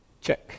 Check